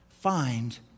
find